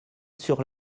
sur